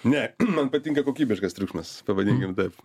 ne man patinka kokybiškas triukšmas pavadinkim taip